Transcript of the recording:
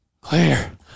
Claire